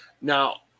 Now